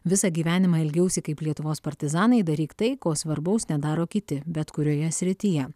visą gyvenimą elgiausi kaip lietuvos partizanai daryk tai ko svarbaus nedaro kiti bet kurioje srityje